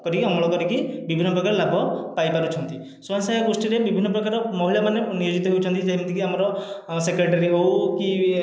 କରିକି ଅମଳ କରିକି ବିଭିନ୍ନ ପ୍ରକାର ଲାଭ ପାଇପାରୁଛନ୍ତି ସ୍ୱୟଂ ସହାୟକ ଗୋଷ୍ଠିରେ ବିଭିନ୍ନ ପ୍ରକାର ମହିଳାମାନେ ନିୟୋଜିତ ହେଉଛନ୍ତି ଯେମିତିକି ଆମର ସେକ୍ରେଟାରୀ ହେଉ କି